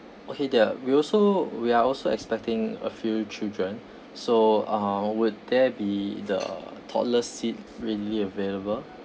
okay there we also we're also expecting a few children so uh would there be the toddler seat readily available